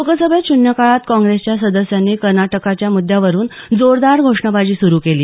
लोकसभेत श्रन्यकाळात काँग्रेसच्या सदस्यांनी कर्नाटकच्या म्द्यावरून जोरदार घोषणाबाजी सुरू केली